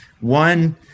one